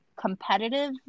competitive